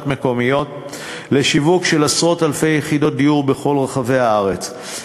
מקומיות לשיווק של עשרות-אלפי יחידות דיור בכל רחבי הארץ,